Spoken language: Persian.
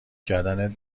کردن